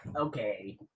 Okay